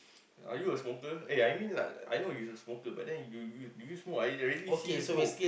are you a smoker eh I mean like I know you smoker but then you you you do you smoke I I already see you smoke